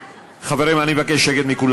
חברים, אני מבקש שקט מכולם.